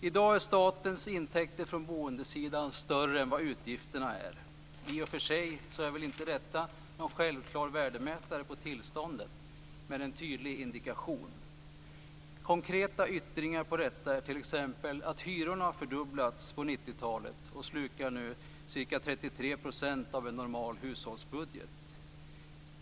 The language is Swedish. I dag är statens intäkter från boendet större än utgifterna för det. I och för sig är väl detta förhållande inte någon självklar värdemätare, men det är en tydlig indikation. Konkreta yttringar av detta är t.ex. att hyrorna har fördubblats på 90-talet och nu slukar ca 33 % av en normal hushållsbudget.